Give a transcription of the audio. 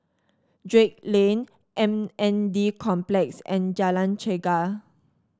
Drake Lane M N D Complex and Jalan Chegar